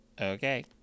Okay